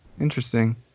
interesting